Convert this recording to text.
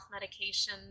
medication